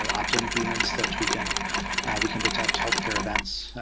ah opt-in agreements that we can we can detect healthcare events,